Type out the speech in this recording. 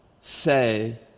say